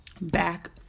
back